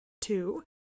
two